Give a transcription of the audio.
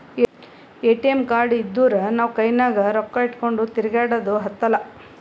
ATM card ಇದ್ದೂರ್ ನಾವು ಕೈನಾಗ್ ರೊಕ್ಕಾ ಇಟ್ಗೊಂಡ್ ತಿರ್ಗ್ಯಾಡದ್ ಹತ್ತಲಾ